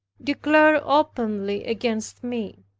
declared openly against me.